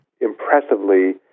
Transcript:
impressively